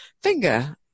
finger